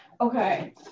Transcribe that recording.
Okay